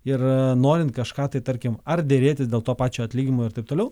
ir norint kažką tai tarkim ar derėtis dėl to pačio atlyginimo ir taip toliau